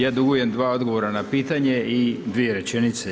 Ja dugujem dva odgovora na pitanje i dvije rečenice.